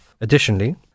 Additionally